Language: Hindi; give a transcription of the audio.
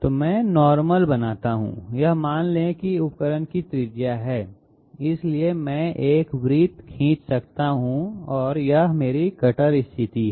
तो मैं नॉर्मलबनाता हूं यह मान लें कि यह उपकरण का त्रिज्या है इसलिए मैं एक वृत्त खींच सकता हूं और यह मेरी कटर स्थिति है